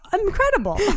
incredible